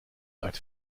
uit